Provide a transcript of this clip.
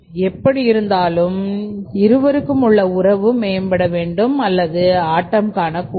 எப்படி இருந்தாலும் இருவருக்கும் உள்ள உறவு மேம்பட வேண்டுமே அல்லாது ஆட்டம் காண கூடாது